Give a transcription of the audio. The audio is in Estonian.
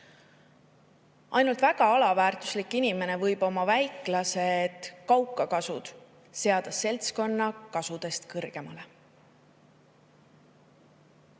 "Üksi väga alaväärtuslik inimene võib oma väiklased kaukakasud seltskonna kasudest kõrgemale